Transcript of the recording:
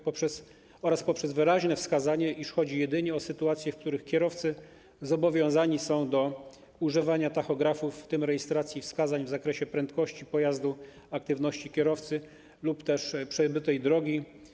Chodzi też o wyraźne wskazanie, iż chodzi jedynie o sytuacje, w których kierowcy zobowiązani są do używania tachografów, w tym rejestracji wskazań w zakresie prędkości pojazdu aktywności kierowcy lub też przebytej drogi.